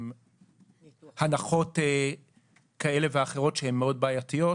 על הנחות כאלה ואחרות שהן מאוד בעייתיות,